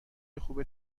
خوب